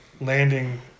landing